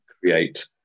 create